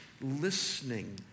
listening